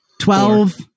twelve